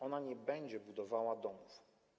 Ona nie będzie budowała domów.